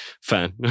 fan